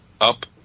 up